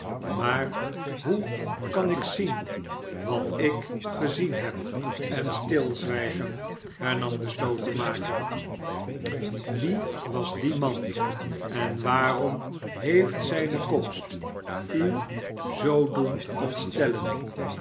maar hoe kan ik zien wat ik gezien heb en stilzwijgen hernam de slotenmaker wie was die man en waarom heeft zijne komst u zoo doen